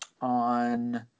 on